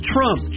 Trump